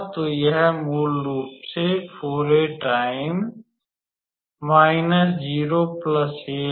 तो यह मूल रूप से 4𝑎𝜋 −0 a है